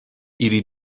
ili